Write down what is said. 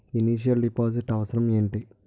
Initial deposit అవసరం ఏమిటి?